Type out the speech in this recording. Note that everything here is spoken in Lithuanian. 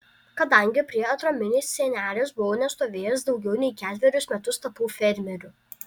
kadangi prie atraminės sienelės buvau nestovėjęs daugiau nei ketverius metus tapau fermeriu